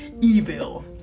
evil